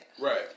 Right